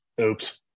Oops